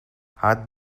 add